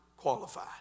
Qualified